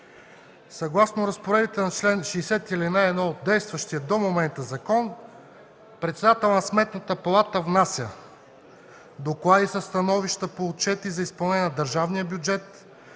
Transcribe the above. Съгласно разпоредбите на чл. 60, ал. 1 от действащия до момента закон председателят на Сметната палата внася: доклади със становища по отчети за изпълнение на държавния бюджет;